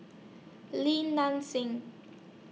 Lim Nang Seng